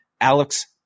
Alex